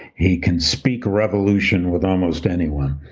he can speak revolution with almost anyone.